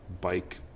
bike